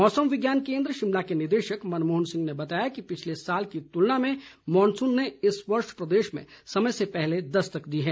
मौसम विज्ञान केंद्र शिमला के निदेशक मनमोहन सिंह ने बताया कि पिछले साल की तुलना में मॉनसून ने इस वर्ष प्रदेश में समय से पहले दस्तक दी है